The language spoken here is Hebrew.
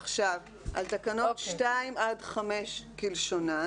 אז עכשיו מצביעים על תקנות 5-2 כלשונן,